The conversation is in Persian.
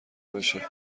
بشه